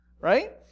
right